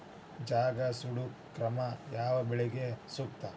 ಜಗಾ ಸುಡು ಕ್ರಮ ಯಾವ ಬೆಳಿಗೆ ಸೂಕ್ತ?